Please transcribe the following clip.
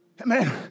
Amen